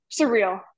surreal